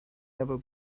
never